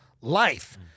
life